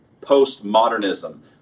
post-modernism